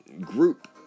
group